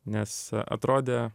nes atrodė